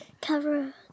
Cover